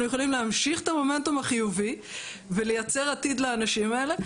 אנחנו יכולים להמשיך את המומנטום החיובי ולייצר עתיד לאנשים האלה,